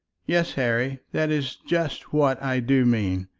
yes, harry that is just what i do mean.